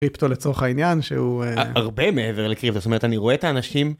קריפטו לצורך העניין שהוא... הרבה מעבר לקריפטו זאת אומרת אני רואה את האנשים.